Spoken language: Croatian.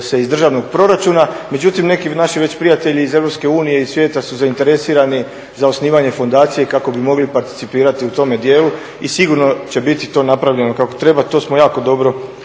se iz državnog proračuna, međutim neki naši prijatelji iz Europske unije i svijeta su zainteresirani za osnivanje fundacije kako bi mogli participirati u tome dijelu i sigurno će biti to napravljeno kako treba, to smo jako dobro zamislili.